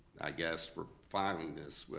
i guess, for filing this,